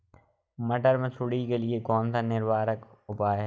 मटर की सुंडी के लिए कौन सा निवारक उपाय है?